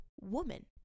woman